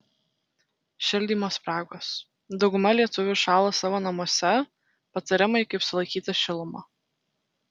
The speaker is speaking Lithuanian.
šildymo spragos dauguma lietuvių šąla savo namuose patarimai kaip sulaikyti šilumą